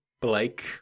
Blake